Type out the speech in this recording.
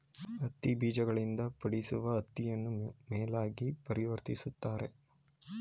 ಹತ್ತಿ ಬೀಜಗಳಿಂದ ಪಡಿಸುವ ಹತ್ತಿಯನ್ನು ಮೇಲಾಗಿ ಪರಿವರ್ತಿಸುತ್ತಾರೆ